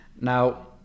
Now